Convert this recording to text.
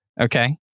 Okay